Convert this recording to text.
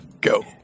go